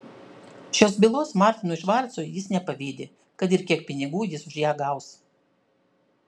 šios bylos martinui švarcui jis nepavydi kad ir kiek pinigų jis už ją gaus